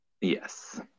Yes